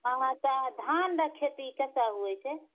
हँ तऽ धान रऽ खेती कैसे हुए छै